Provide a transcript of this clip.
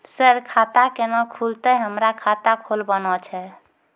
Sir खाता केना खुलतै, हमरा खाता खोलवाना छै?